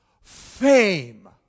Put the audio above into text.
fame